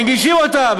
מגישים אותה,